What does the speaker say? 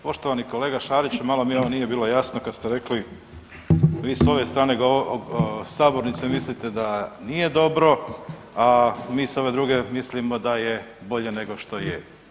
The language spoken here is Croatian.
Poštovani kolega Šarić, malo mi ovo nije bilo jasno kad ste rekli vi s ove strane govornice mislite da nije dobro, a mi s ove druge mislimo da je bolje nego što je.